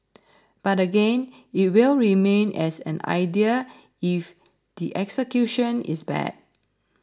but again it will remain as an idea if the execution is bad